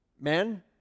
Men